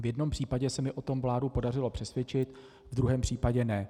V jednom případě se mi o tom vládu podařilo přesvědčit, v druhém případě ne.